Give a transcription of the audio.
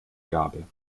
gabe